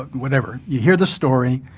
whatever. you hear the story,